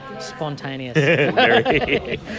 spontaneous